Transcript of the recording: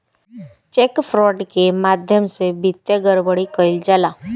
check fraud के माध्यम से वित्तीय गड़बड़ी कईल जाला